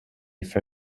for